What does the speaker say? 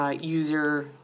User